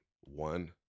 one